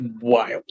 wild